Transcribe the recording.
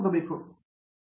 professor